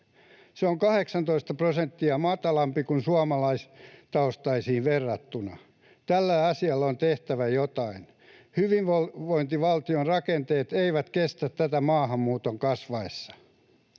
Se on 18 prosenttia matalampi suomalaistaustaisiin verrattuna. Tälle asialle on tehtävä jotain. Hyvinvointivaltion rakenteet eivät kestä tätä maahanmuuton kasvaessa.